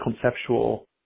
conceptual